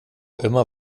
immer